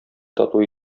тату